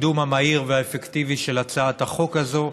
בקידום המהיר והאפקטיבי של הצעת החוק הזאת.